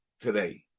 today